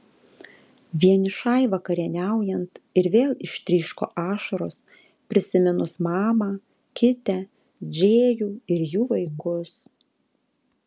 vienišai vakarieniaujant ir vėl ištryško ašaros prisiminus mamą kitę džėjų ir jų vaikus